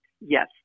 Yes